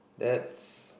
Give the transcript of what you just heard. that's